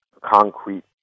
concrete